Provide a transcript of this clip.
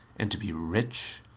and to be rich,